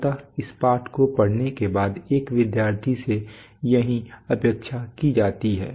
अतः इस पाठ को पढ़ने के बाद एक विद्यार्थी से यही अपेक्षा की जाती है